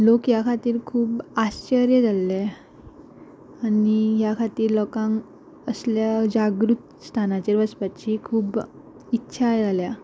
लोक ह्या खातीर खूब आश्चर्य जाल्ले आनी ह्या खातीर लोकांक असल्या जागृत स्थानाचेर वचपाची खूब इच्छाय जाल्या